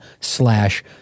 slash